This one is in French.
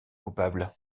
coupable